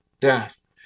death